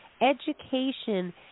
Education